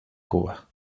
cuba